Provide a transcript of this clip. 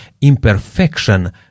imperfection